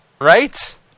right